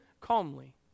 calmly